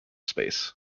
space